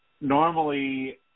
normally –